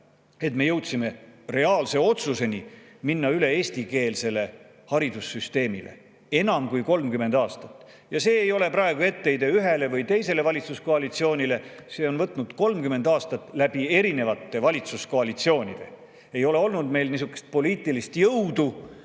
me jõudsime reaalse otsuseni minna üle eestikeelsele haridussüsteemile. Enam kui 30 aastat! Ja see ei ole praegu etteheide ühele või teisele valitsuskoalitsioonile. See on võtnud 30 aastat läbi erinevate valitsuskoalitsioonide. Ei ole olnud meil poliitilist jõudu,